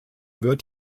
wird